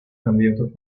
candidatos